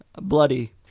bloody